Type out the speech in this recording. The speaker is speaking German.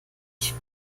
ich